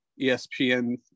ESPN